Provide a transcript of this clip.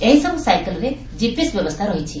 ଏହି ସବୁ ସାଇକେଲ୍ରେ ଜିପିଏସ୍ ବ୍ୟବସ୍ସା ରହିଛି